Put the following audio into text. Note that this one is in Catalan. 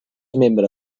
membre